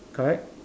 correct